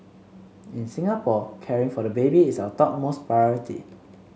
in Singapore caring for the baby is our topmost priority